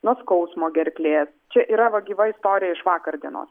nuo skausmo gerklės čia yra va gyva istorija iš vakar dienos